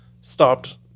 stopped